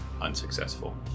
Unsuccessful